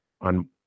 on